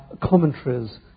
commentaries